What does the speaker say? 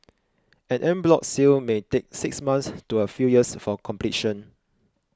an en bloc sale may take six months to a few years for completion